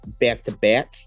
back-to-back